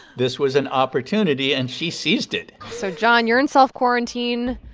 this was an opportunity, and she seized it so jon, you're in self-quarantine.